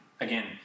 Again